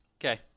okay